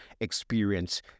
experience